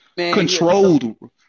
Controlled